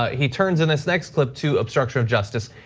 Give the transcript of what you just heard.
he turns in this next clip to obstruction of justice.